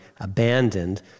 abandoned